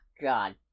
God